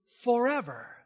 forever